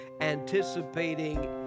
anticipating